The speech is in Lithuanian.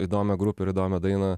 įdomią grupę ar įdomią dainą